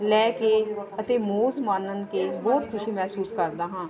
ਲੈ ਕੇ ਅਤੇ ਮੌਜ ਮਾਣਨ ਕੇ ਬਹੁਤ ਖੁਸ਼ੀ ਮਹਿਸੂਸ ਕਰਦਾ ਹਾਂ